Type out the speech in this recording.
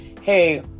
hey